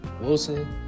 Wilson